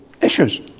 issues